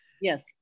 Yes